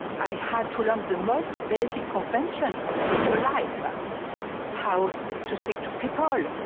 i had to learn the most basic conventions of social life how to speak to people,